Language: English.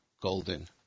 Golden